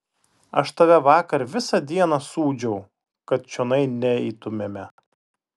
aš tave vakar visą dieną sūdžiau kad čionai neitumėme